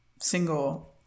single